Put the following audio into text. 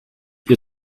ihr